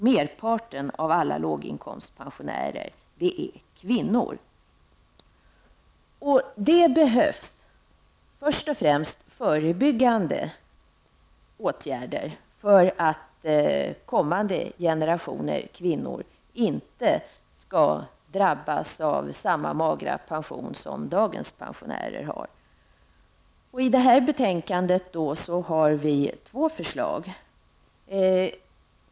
Merparten av alla låginkomstpensionärer är kvinnor. Det behövs först och främst förebyggande åtgärder för att kommande generationer kvinnor inte skall drabbas av samma magra pension som dagens pensionärer. I betänkandet har vi två förslag.